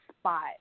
spot